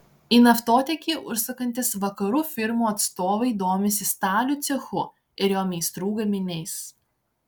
į naftotiekį užsukantys vakarų firmų atstovai domisi stalių cechu ir jo meistrų gaminiais